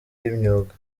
y’imyuga